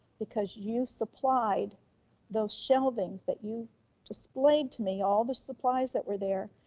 because you supplied those shelvings that you displayed to me all the supplies that were there,